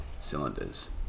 cylinders